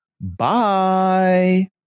bye